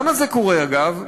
למה זה קורה, אגב?